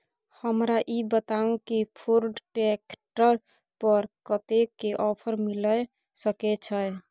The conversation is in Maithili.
हमरा ई बताउ कि फोर्ड ट्रैक्टर पर कतेक के ऑफर मिलय सके छै?